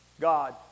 God